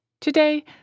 Today